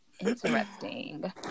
interesting